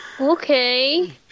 Okay